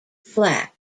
flat